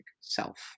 self